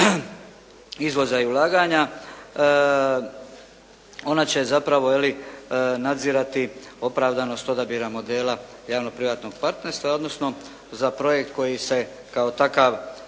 izvoza i ulaganja, ona će zapravo nadzirati opravdanost odabira modela javnog privatnog partnerstva odnosno za projekt koji se kao takav